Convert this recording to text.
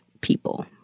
people